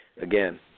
again